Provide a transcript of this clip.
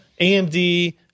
AMD